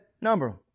number